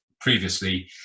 previously